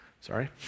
Sorry